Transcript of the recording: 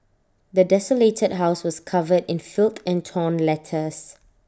the desolated house was covered in filth and torn letters